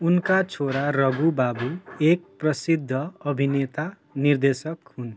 उनका छोरा रघु बाबु एक प्रसिद्ध अभिनेता निर्देशक हुन्